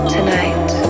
Tonight